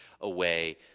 away